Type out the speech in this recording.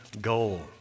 goal